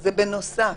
זה בנוסף,